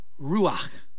ruach